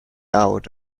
out